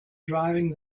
driving